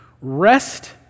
Rest